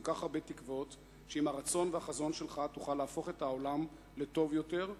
כל כך הרבה תקוות שעם הרצון והחזון שלך תוכל להפוך את העולם לטוב יותר,